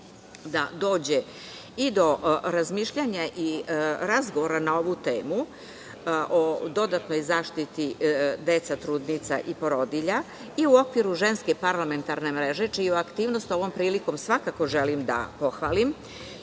da dođe i do razmišljanja i razgovora na ovu temu o dodatnoj zaštiti dece, trudnica i porodilja i u okviru Ženske parlamentarne mreže, čiju aktivnost ovom prilikom svakako želim da pohvalim